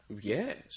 Yes